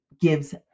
gives